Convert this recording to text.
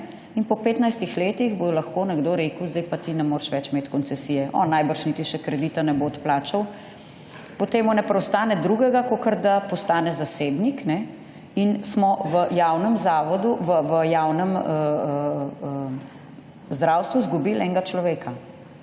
in po 15 letih bo lahko nekdo rekel, zdaj pa ti ne moreš več imeti koncesije. On najbrž niti še kredita ne bo odplačal. Potem mu ne preostane drugega, kakor da postane zasebnik, in smo v javnem zavodu, v javnem zdravstvu zgubili enega človeka.